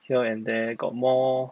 here and there got more